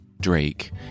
Drake